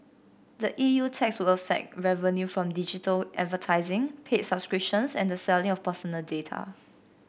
the E U tax would affect revenue from digital advertising paid subscriptions and the selling of personal data